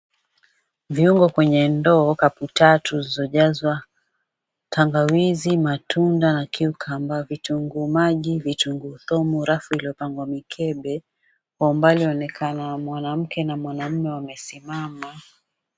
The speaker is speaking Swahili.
Viungo kwenye ndoo kapu tatu zilizojazwa tangawizi, matunda na cucumber , vitunguu maji, vitunguu thomu, rafu iliyopangwa mikebe. Kwa umbali yaonekana mwanamke na mwanaume wamesimama.